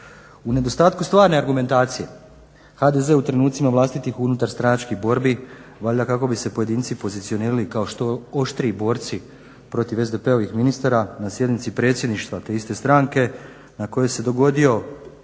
U nedostatku stvarne argumentacije HDZ u trenucima vlastitih unutarstranačkih borbi, valjda kako bi se pojedinci pozicionirali kao što oštriji borci protiv SDP-ovih ministara na sjednici Predsjedništva te iste stranke na koji se dogodio